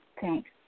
Thanks